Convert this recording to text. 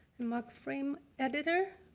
marc frame editor,